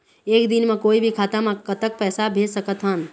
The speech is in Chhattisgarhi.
एक दिन म कोई भी खाता मा कतक पैसा भेज सकत हन?